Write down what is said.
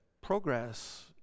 progress